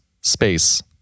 space